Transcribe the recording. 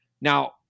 Now